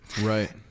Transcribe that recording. right